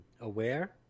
aware